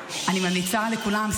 אני ממליצה לכולם,